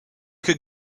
could